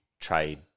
trade